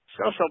social